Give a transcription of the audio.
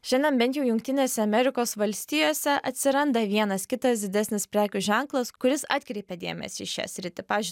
šiandien bent jau jungtinėse amerikos valstijose atsiranda vienas kitas didesnis prekių ženklas kuris atkreipė dėmesį į šią sritį pavyzdžiui